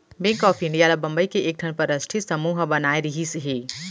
bank of India ल बंबई के एकठन परस्ठित समूह ह बनाए रिहिस हे